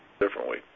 differently